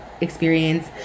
experience